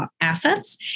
assets